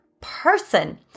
person